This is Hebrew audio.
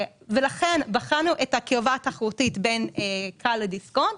לכן, בחנו את הקרבה התחרותית בין כאל לדיסקונט,